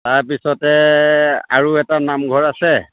তাৰ পিছতে আৰু এটা নামঘৰ আছে